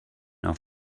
auf